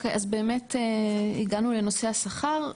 אז הגענו לנושא השכר.